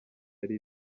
yari